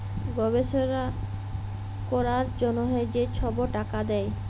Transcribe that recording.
গবেষলা ক্যরার জ্যনহে যে ছব টাকা দেয়